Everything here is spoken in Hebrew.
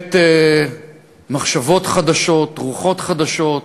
בהחלט מחשבות חדשות, רוחות חדשות,